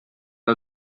que